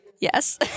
Yes